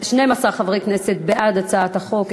12 חברי כנסת בעד הצעת החוק,